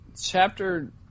chapter